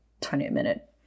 20-minute